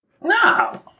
No